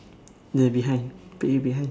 the behind behind